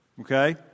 Okay